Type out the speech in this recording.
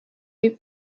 võib